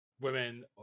women